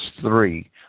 three